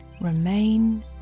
remain